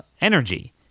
energy